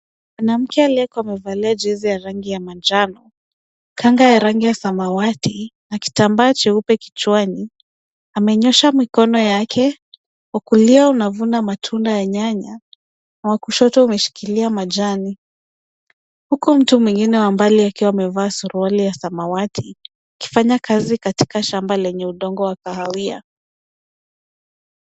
Mwanamke aliyekuwa amevalia jezi ya rangi ya manjano, kanga ya rangi ya samawati na kitambaa cheupe kichwani amenyosha mikono yake wa kulia na anavuna matunda ya nyanya, wa kushoto umeshikilia majani, huku mtu mwingine wa mbali akiwa amevaa suruali ya samawati akifanya kazi katika shamba lenye udongo wa kahawia.